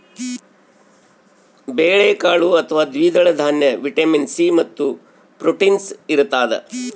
ಬೇಳೆಕಾಳು ಅಥವಾ ದ್ವಿದಳ ದಾನ್ಯ ವಿಟಮಿನ್ ಸಿ ಮತ್ತು ಪ್ರೋಟೀನ್ಸ್ ಇರತಾದ